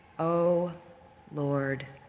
oh lord,